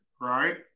right